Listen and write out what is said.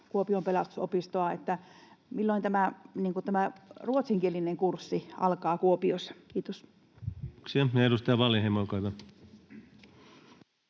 Kuopion Pelastusopistoa, niin milloin tämä ruotsinkielinen kurssi alkaa Kuopiossa? — Kiitos.